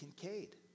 Kincaid